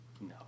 No